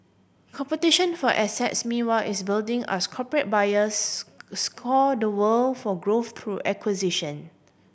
competition for assets meanwhile is building as corporate buyers scour the world for growth through acquisition